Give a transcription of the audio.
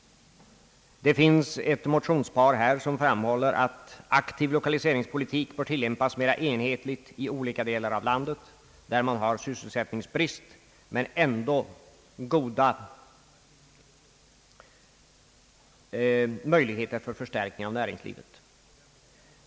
I ett motionspar framhålles att aktiv lokaliseringspolitik bör tillämpas mera enhetligt inom olika delar av landet, där man har sysselsättningsbrist men ändå goda möjligheter att förstärka näringslivet.